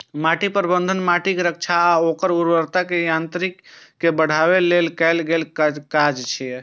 माटि प्रबंधन माटिक रक्षा आ ओकर उर्वरता आ यांत्रिकी कें बढ़ाबै लेल कैल गेल काज छियै